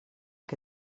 que